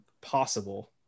possible